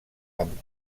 amb